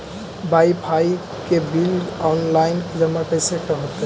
Wifi के bill online जमा कैसे होतै?